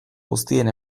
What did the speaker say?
guztien